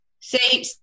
say